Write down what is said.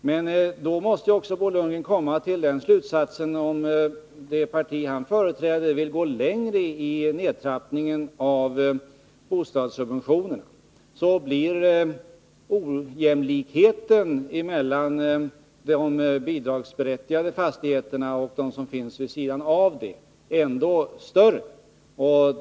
Men då måste också Bo Lundgren komma till den slutsatsen, att om det parti han företräder vill gå längre i nedtrappningen av bostadssubventionerna, blir ojämlikheten mellan de bidragsberättigade fastigheterna och de som finns vid sidan av dessa ännu större.